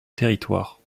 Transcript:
territoire